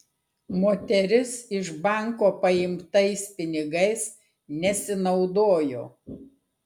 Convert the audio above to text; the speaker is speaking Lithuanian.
moteris iš banko paimtais pinigais nesinaudojo